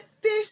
fish